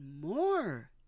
more